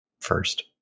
first